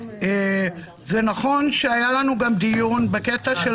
זה נכון שהיה לנו גם דיון בקטע של